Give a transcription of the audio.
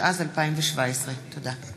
התשע"ז 2017. תודה.